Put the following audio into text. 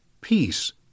peace